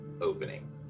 opening